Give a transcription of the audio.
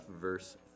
verse